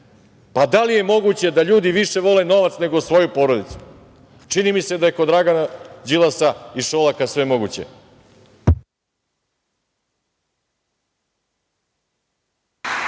Pa, da li je moguće da ljudi više vole novac nego svoju porodicu? Čini mi se da je kod Dragana Đilasa i Šolaka sve moguće.